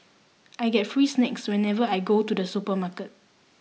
I get free snacks whenever I go to the supermarket